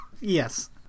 Yes